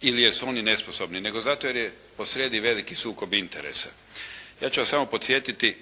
jer su oni nesposobni nego zato jer je posrijedi veliki sukob interesa. Ja ću vas samo podsjetiti